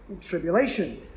Tribulation